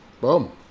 Boom